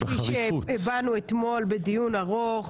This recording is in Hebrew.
כפי שהבנו אתמול בדיון ארוך.